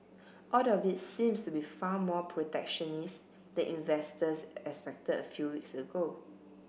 all of it seems to be far more protectionist than investors expected a few weeks ago